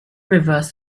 reverse